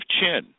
chin